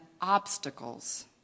obstacles